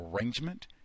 arrangement